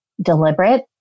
deliberate